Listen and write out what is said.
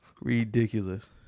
Ridiculous